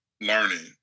learning